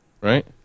right